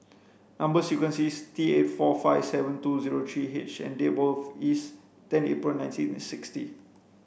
number sequence is T eight four five seven two zero three H and is ten April nineteen sixty